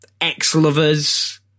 ex-lovers